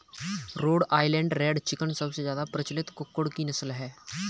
road Island Red chicken सबसे ज्यादा प्रचलित कुक्कुट की नस्ल है